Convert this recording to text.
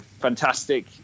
fantastic